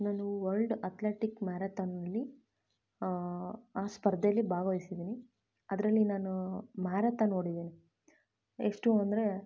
ನಾನು world athletic ಮ್ಯಾರತಾನ್ನಲ್ಲಿ ಆ ಸ್ಪರ್ಧೇಲಿ ಭಾಗವಹ್ಸಿದೀನಿ ಅದರಲ್ಲಿ ನಾನು ಮ್ಯಾರತಾನ್ ಓಡಿದೀನಿ ಎಷ್ಟು ಅಂದರೆ